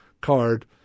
card